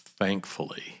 thankfully